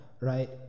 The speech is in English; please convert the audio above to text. right